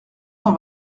cent